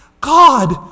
God